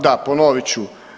Da, ponovit ću.